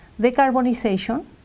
decarbonization